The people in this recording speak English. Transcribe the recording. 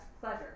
pleasure